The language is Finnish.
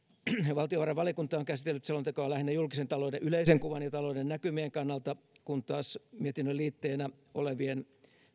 valtiovarainvaliokunta on käsitellyt selontekoa lähinnä julkisen talouden yleisen kuvan ja talouden näkymien kannalta kun taas mietinnön liitteenä olevien